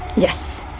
yes.